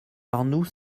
arnoux